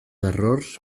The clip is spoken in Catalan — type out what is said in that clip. errors